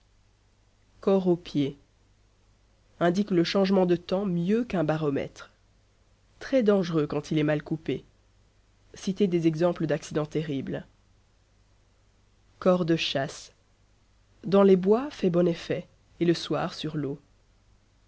cor aux pieds indique le changement de temps mieux qu'un baromètre très dangereux quand il est mal coupé citer des exemples d'accidents terribles cor de chasse dans les bois fait bon effet et le soir sur l'eau